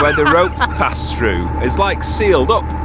but the ropes pass through is like sealed up.